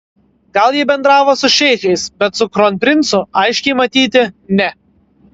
gal ji bendravo su šeichais bet su kronprincu aiškiai matyti ne